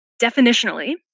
definitionally